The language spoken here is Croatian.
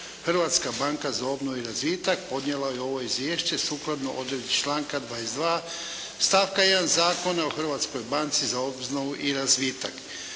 Hrvatska banka za obnovu i razvitak podnijela je ovo izvješće sukladno odredbi članka 22. stavka 1. Zakona o Hrvatskoj banci za obnovu i razvitak.